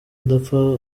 udapfa